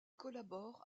collabore